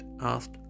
asked